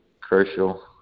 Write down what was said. crucial